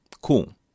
Cool